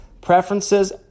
preferences